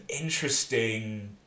interesting